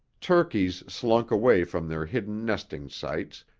turkeys slunk away from their hidden nesting sites,